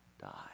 die